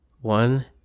One